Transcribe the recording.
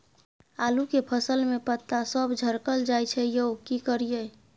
आलू के फसल में पता सब झरकल जाय छै यो की करियैई?